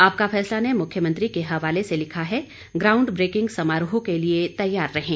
आपका फैसला ने मुख्यमंत्री के हवाले से लिखा है ग्राउंड ब्रेकिंग समारोह के लिए तैयार रहें